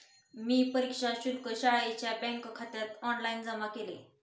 मी परीक्षा शुल्क शाळेच्या बँकखात्यात ऑनलाइन जमा केले